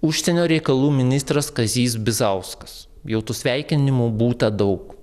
užsienio reikalų ministras kazys bizauskas jau tų sveikinimų būta daug